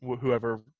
whoever